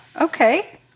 okay